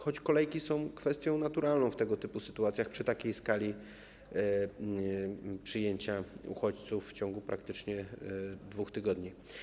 Choć kolejki są kwestią naturalną w tego typu sytuacjach, przy takiej skali przyjmowania uchodźców w ciągu praktycznie 2 tygodni.